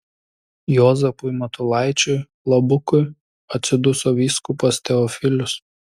juozapui matulaičiui labukui atsiduso vyskupas teofilius